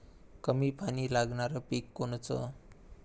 कमी पानी लागनारं पिक कोनचं?